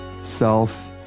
self